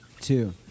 Two